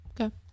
Okay